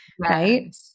right